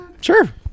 Sure